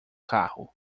carro